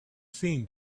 seemed